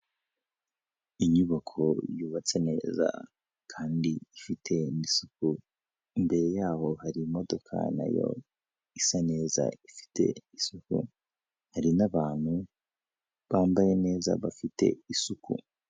Inyubako yubatse neza kandi ifite isuku, imbere yabo hari imodoka nayo isa neza ifite isuku, hari n'abantu bambaye neza bafite isuku.